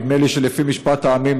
נדמה לי ש"לפי משפט העמים",